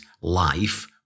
life